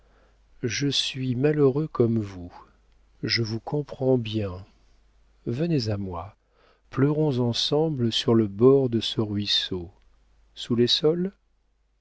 je suis malheureux comme vous je vous comprends bien venez à moi pleurons ensemble sur le bord de ce ruisseau sous les saules